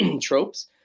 tropes